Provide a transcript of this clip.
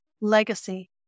legacy